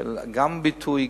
גם של הביטוי,